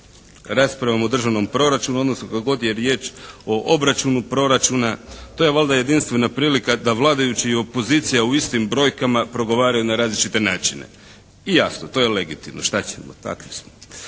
raspravama o državnom proračunu, odnosno kad god je riječ o obračunu proračuna to je valjda jedinstvena prilika da vladajući i opozicija u istim brojkama progovaraju na različite načine. I jasno, to je legitimno, šta ćemo, takvi smo.